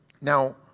Now